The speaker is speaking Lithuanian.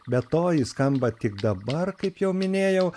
be to ji skamba tik dabar kaip jau minėjau